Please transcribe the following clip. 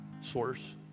source